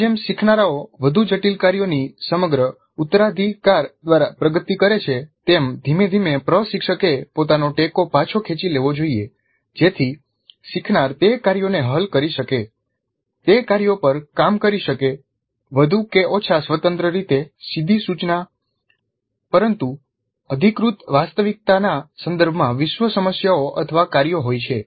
જેમ જેમ શીખનારાઓ વધુ જટિલ કાર્યોની સમગ્ર ઉત્તરાધિકાર દ્વારા પ્રગતિ કરે છે તેમ ધીમે ધીમે પ્રશિક્ષકે પોતાનો ટેકો પાછો ખેંચી લેવો જોઈએ જેથી શીખનાર તે કાર્યોને હલ કરી શકે તે કાર્યો પર કામ કરી શકે વધુ કે ઓછા સ્વતંત્ર રીતે સીધી સૂચના પરંતુ અધિકૃત વાસ્તવિકતાના સંદર્ભમાં વિશ્વ સમસ્યાઓ અથવા કાર્યો હોય છે